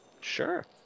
Sure